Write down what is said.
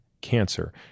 cancer